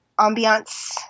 ambiance –